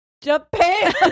Japan